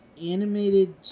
animated